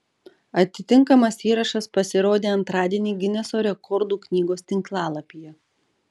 atitinkamas įrašas pasirodė antradienį gineso rekordų knygos tinklalapyje